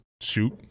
shoot